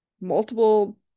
multiple